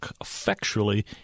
effectually